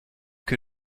que